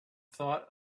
thought